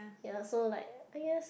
ya so like I guess